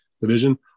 division